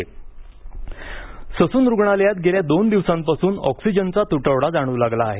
Sassoon Sassoon रुग्णालयात गेल्या दोन दिवसांपासून ऑक्सिजनचा तुटवडा जाणवू लागला आहे